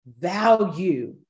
value